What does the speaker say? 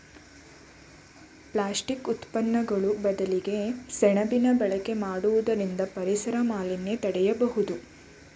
plastic ಉತ್ಪನ್ನಗಳು ಬದಲಿಗೆ ಸೆಣಬಿನ ಬಳಕೆ ಮಾಡುವುದರಿಂದ ಪರಿಸರ ಮಾಲಿನ್ಯ ತಡೆಯಬೋದು